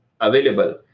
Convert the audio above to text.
available